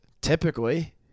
Typically